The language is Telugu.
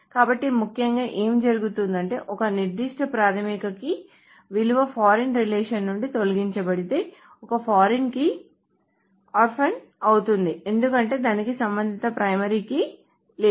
కాబట్టి ముఖ్యంగా ఏమి జరుగుతుందంటే ఒక నిర్దిష్ట ప్రాథమిక కీ విలువ ఫారిన్ రిలేషన్స్ నుండి తొలగించబడితే ఒక ఫారిన్ కీ ఆర్ఫన్ అవుతుంది ఎందుకంటే దానికి సంబంధిత ప్రైమరీ కీ లేదు